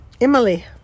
emily